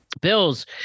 Bills